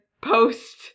post